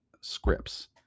scripts